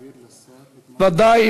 ודאי,